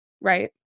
Right